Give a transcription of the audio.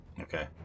Okay